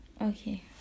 Okay